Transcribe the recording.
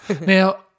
Now